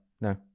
no